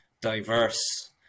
diverse